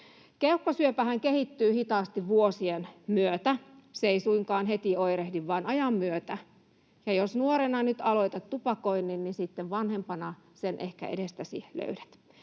Keuhkosyöpähän kehittyy hitaasti vuosien myötä, se ei suinkaan oirehdi heti vaan ajan myötä. Jos nyt nuorena aloitat tupakoinnin, niin sitten vanhempana sen ehkä edestäsi löydät.